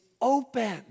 open